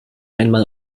einmal